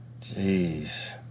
Jeez